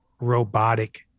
robotic